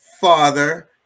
father